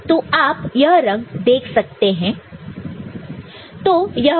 तो आप यह रंग देख सकते हैं दे सकते हैं